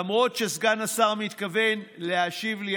למרות שסגן השר מתכוון להשיב לי,